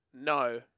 No